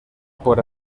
por